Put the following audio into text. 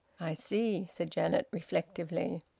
i see, said janet reflectively.